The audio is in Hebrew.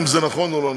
אם זה נכון או לא נכון,